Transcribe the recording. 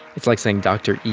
it's like saying dr. e